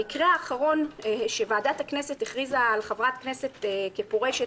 המקרה האחרון שוועדת הכנסת הכריזה על חברת כנסת כפורשת